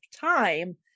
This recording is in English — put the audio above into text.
time